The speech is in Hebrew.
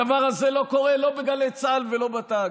הדבר הזה לא קורה לא בגלי צה"ל ולא בתאגיד.